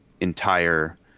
entire